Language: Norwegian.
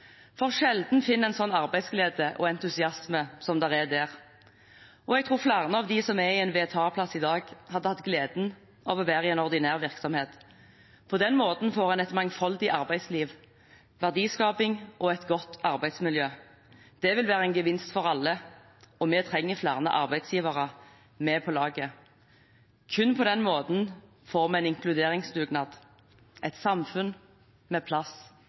for sjelden finner man en slik arbeidsglede og entusiasme som det er der. Og jeg tror flere av dem som er i en VTA-plass i dag, hadde hatt glede av å være i en ordinær virksomhet. På den måten får man et mangfoldig arbeidsliv, verdiskaping og et godt arbeidsmiljø. Det vil være en gevinst for alle. Vi trenger flere arbeidsgivere med på laget. Kun på den måten får vi en inkluderingsdugnad og et samfunn med plass